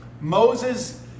Moses